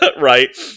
right